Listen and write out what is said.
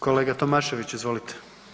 Kolega Tomašević, izvolite.